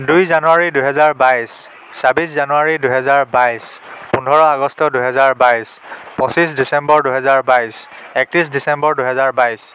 দুই জানুৱাৰী দুহেজাৰ বাইছ ছাব্বিছ জানুৱাৰী দুহেজাৰ বাইছ পোন্ধৰ আগষ্ট দুহেজাৰ বাইছ পঁচিছ ডিচেম্বৰ দুহেজাৰ বাইছ একত্ৰিছ ডিচেম্বৰ দুহেজাৰ বাইছ